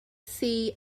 see